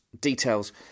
Details